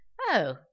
Oh